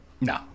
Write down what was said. No